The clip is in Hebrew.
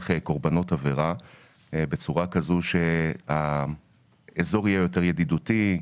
קורבנות עבירה בצורה כזו שאזור יהיה יותר ידידותי.